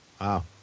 Wow